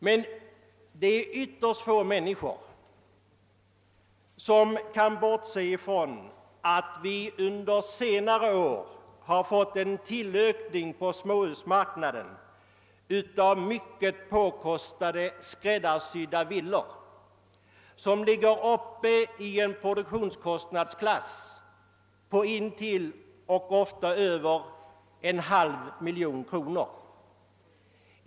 Man kan inte bortse från att vi under senare år har fått en utökning av mycket påkostade skräddarsydda villor, som ligger i produktionskostnadsklassen omkring och ofta över en halv miljon kronor.